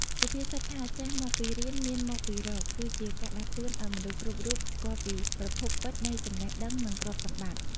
សុភាសិតថា «ចេះមកពីរៀន មានមកពីរក» គឺជាការដាស់តឿនឱ្យមនុស្សគ្រប់រូបស្គាល់ពីប្រភពពិតនៃចំណេះដឹង និងទ្រព្យសម្បត្តិ។